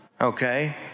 okay